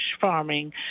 farming